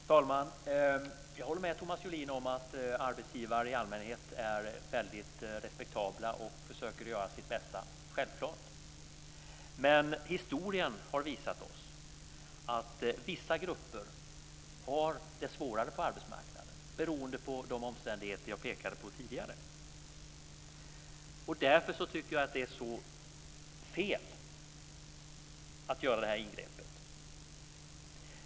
Herr talman! Jag håller med Thomas Julin om att arbetsgivare i allmänhet är väldigt respektabla och försöker göra sitt bästa. Det är självklart. Men historien har visat oss att vissa grupper har det svårare på arbetsmarknaden, beroende på de omständigheter som jag pekade på tidigare. Därför tycker jag att det är så fel att göra det här ingreppet.